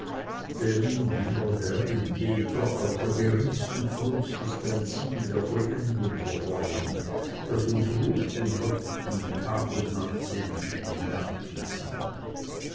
denn lieber herr in jeder auch der geringsten kunst ist ein ziel der vollendung verborgen das uns ruft und lockt ihm tag und nacht sehnsüchtig nachzuziehen